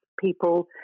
people